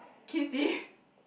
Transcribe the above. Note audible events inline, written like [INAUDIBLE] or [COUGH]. kissed him [LAUGHS]